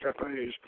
cafes